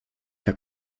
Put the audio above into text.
herr